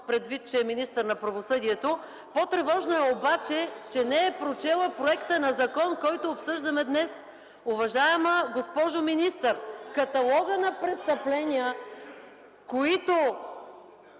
предвид че е министър на правосъдието. (Реплики от ГЕРБ.) По-тревожно е обаче, че не е прочела проекта на закон, който обсъждаме днес. Уважаема госпожо министър, каталогът на престъпления, които